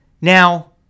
now